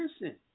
Listen